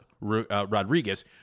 Rodriguez